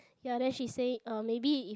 ya then she say uh maybe if